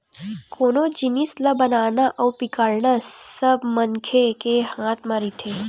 कोनो जिनिस ल बनाना अउ बिगाड़ना सब मनखे के हाथ म रहिथे